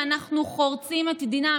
ואנחנו חורצים את דינם,